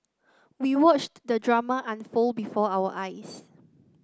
we watched the drama unfold before our eyes